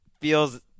feels